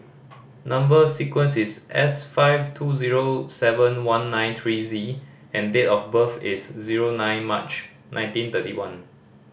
number sequence is S five two zero seven one nine three Z and date of birth is zero nine March nineteen thirty one